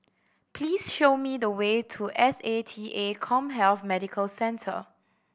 please show me the way to S A T A CommHealth Medical Centre